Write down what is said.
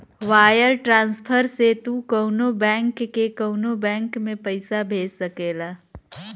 wire transfer से तू कउनो बैंक से कउनो बैंक में पइसा भेज सकेला